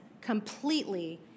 completely